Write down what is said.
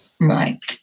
Right